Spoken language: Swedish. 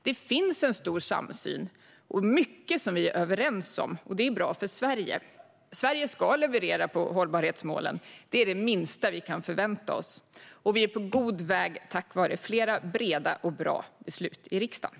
Det finns en stor samsyn och mycket som vi är överens om, och det är bra för Sverige. Sverige ska leverera på hållbarhetsmålen. Det är det minsta vi kan förvänta oss. Vi är på god väg tack vare flera breda och bra beslut i riksdagen.